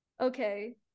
Okay